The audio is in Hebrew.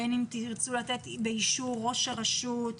בין אם תרצו לתת באישור ראש הרשות,